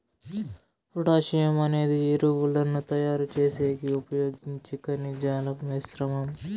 potassium అనేది ఎరువులను తయారు చేసేకి ఉపయోగించే ఖనిజాల మిశ్రమం